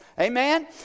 Amen